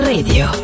Radio